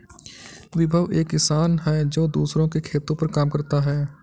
विभव एक किसान है जो दूसरों के खेतो पर काम करता है